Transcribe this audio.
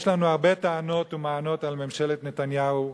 יש לנו הרבה טענות ומענות על ממשלת נתניהו,